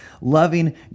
Loving